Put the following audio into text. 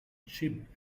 ship